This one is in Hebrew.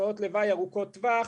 תופעות לוואי ארוכות טווח,